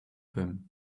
him